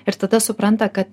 ir tada supranta kad